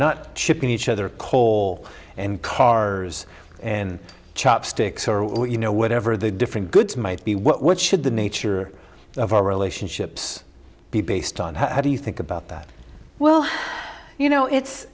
not shipping each other coal and cars and chopsticks or all you know whatever the different goods might be what should the nature of our relationships be based on how do you think about that well you know it's